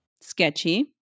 Sketchy